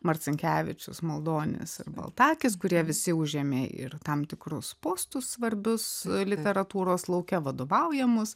marcinkevičius maldonis ir baltakis kurie visi užėmė ir tam tikrus postus svarbius literatūros lauke vadovaujamus